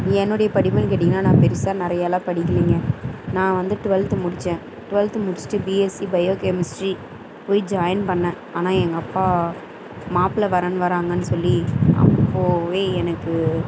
என்னுடைய படிப்புன்னு கேட்டிங்கன்னா நான் பெருசாக நிறையாலாம் படிக்கிலைங்க நான் வந்து ட்வெல்த்து முடித்தேன் ட்வெல்த் முடிச்சுட்டு பிஎஸ்சி பயோ கெமிஸ்ட்ரி போய் ஜாயின் பண்ணேன் ஆனால் எங்கள் அப்பா மாப்பிள வரன் வராங்கன்னு சொல்லி அப்போவே எனக்கு